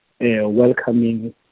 welcoming